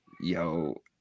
yo